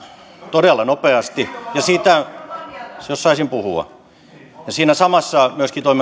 todella nopeasti ja siinä jos saisin puhua samassa myöskin